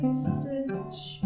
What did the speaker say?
stitch